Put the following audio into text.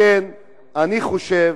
לכן אני חושב